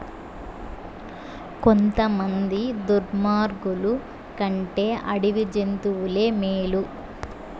కొంతమంది దుర్మార్గులు కంటే అడవి జంతువులే మేలు